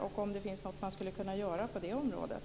Finns det något att göra på det området?